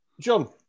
John